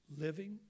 living